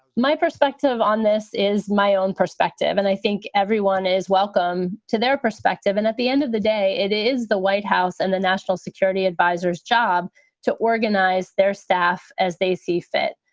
my perspective on this is my own perspective. and i think everyone is welcome to their perspective. and at the end of the day, it is the white house and the national security advisors job to organize their staff as they see fit.